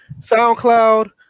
SoundCloud